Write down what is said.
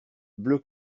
bleu